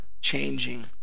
changing